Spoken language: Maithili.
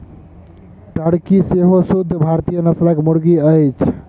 टर्की सेहो शुद्ध भारतीय नस्लक मुर्गी अछि